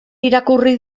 irakurri